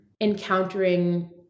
encountering